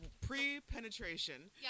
Pre-penetration